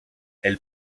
elle